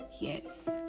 Yes